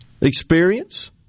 experience